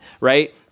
right